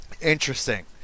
Interesting